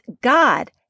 God